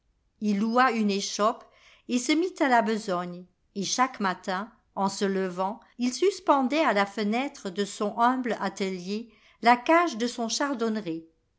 il loua une échoppe et se mit à la besogne et chaque matin en se levant il suspendait à la fenêtre de son humble atelier la cage de son chardonneret